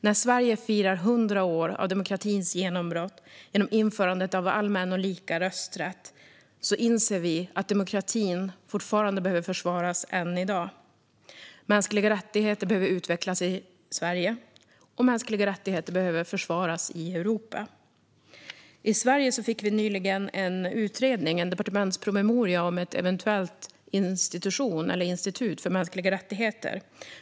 När Sverige firar 100 år av demokratins genombrott genom införandet av allmän och lika rösträtt inser vi att demokratin behöver försvaras än i dag. Mänskliga rättigheter behöver utvecklas i Sverige, och mänskliga rättigheter behöver försvaras i Europa. I Sverige fick vi nyligen en utredning, en departementspromemoria, om ett eventuellt institut för mänskliga rättigheter.